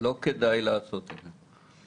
לא כדאי לעשות את זה.